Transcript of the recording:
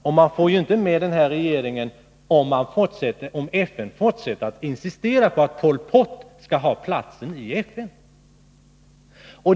Och man får inte med den regeringen om FN fortsätter att insistera på att Pol Pot skall ha platsen i FN.